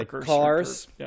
cars